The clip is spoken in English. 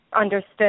understood